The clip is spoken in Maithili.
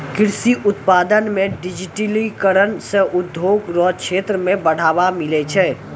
कृषि उत्पादन मे डिजिटिकरण से उद्योग रो क्षेत्र मे बढ़ावा मिलै छै